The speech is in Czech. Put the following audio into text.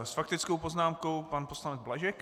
S faktickou poznámkou pan poslanec Blažek.